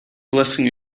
blessing